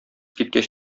киткәч